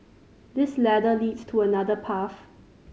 this ladder leads to another path